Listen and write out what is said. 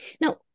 Now